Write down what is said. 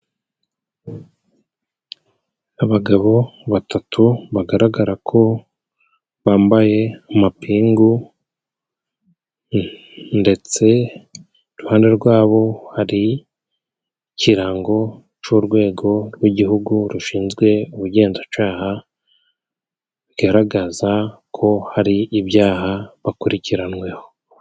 Abagabo batatu bagaragara ko bambaye amapingu, ndetse iruhande rwabo hari ikirango cy'urwego rw'igihugu rushinzwe ubugenzacyaha, bigaragaza ko hari ibyaha bakurikiranyweho.